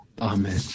Amen